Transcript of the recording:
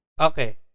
Okay